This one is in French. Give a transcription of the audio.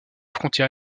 frontière